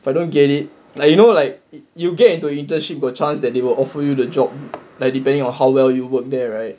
but I don't get it like you know like you get into internship got chance that they will offer you the job like depending on how well you work there right